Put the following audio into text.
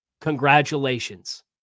Congratulations